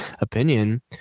opinion